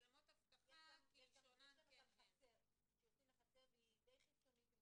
יש מצלמות גם כשיוצאים לחצר זה די חיצוני.